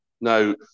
Now